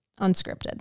Unscripted